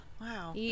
Wow